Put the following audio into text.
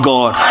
God